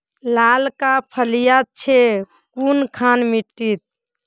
लालका फलिया छै कुनखान मिट्टी त?